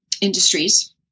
industries